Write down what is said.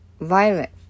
violet